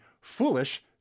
foolish